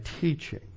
teaching